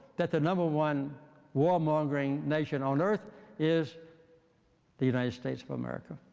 that the number one warmongering nation on earth is the united states of america.